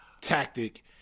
tactic